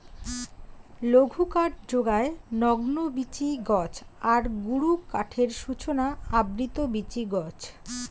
লঘুকাঠ যোগায় নগ্নবীচি গছ আর গুরুকাঠের সূচনা আবৃত বীচি গছ